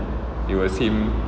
it was him